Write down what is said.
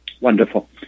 wonderful